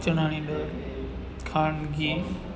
ચણાની દાળ ખાંડ ઘી